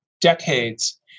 decades